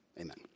amen